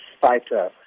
fighter